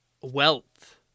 wealth